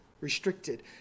Restricted